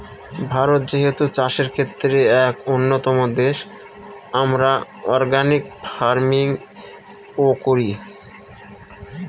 ভারত যেহেতু চাষের ক্ষেত্রে এক উন্নতম দেশ, আমরা অর্গানিক ফার্মিং ও করি